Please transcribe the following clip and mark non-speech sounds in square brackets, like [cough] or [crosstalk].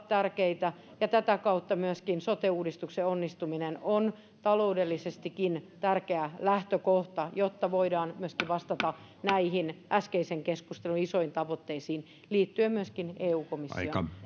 [unintelligible] tärkeitä ja tätä kautta sote uudistuksen onnistuminen on taloudellisestikin tärkeä lähtökohta jotta voidaan vastata näihin äskeisen keskustelun isoihin tavoitteisiin liittyen myöskin eu komission